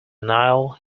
nile